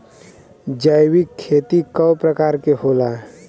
जैविक खेती कव प्रकार के होला?